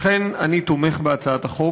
לכן אני תומך בהצעת החוק.